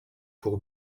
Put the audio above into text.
pour